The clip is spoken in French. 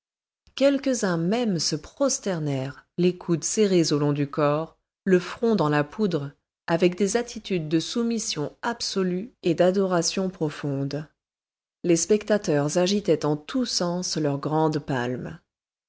quelques-uns même se prosternèrent les coudes serrés au long du corps le front dans la poudre avec des attitudes de soumission absolue et d'adoration profonde les spectateurs agitaient en tous sens leurs grandes palmes